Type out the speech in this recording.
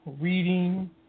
reading